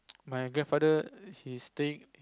my grandfather he staying